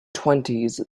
twenties